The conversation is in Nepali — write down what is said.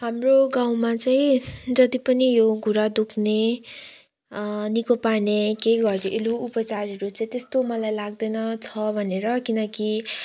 हाम्रो गाउँमा चाहिँ जति पनि यो घुँडा दुख्ने निको पार्ने केही घरेलु उपचारहरू चाहिँ त्यस्तो मलाई लाग्दैन छ भनेर किनकि